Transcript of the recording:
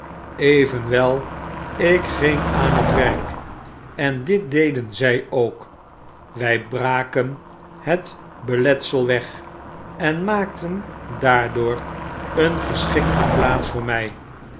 evenwel ik ging aan het werk en dit deden zy ook wy braken het beletsel weg en maakten daardoor een geschikte plaats voor my